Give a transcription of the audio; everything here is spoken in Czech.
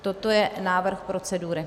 Toto je návrh procedury.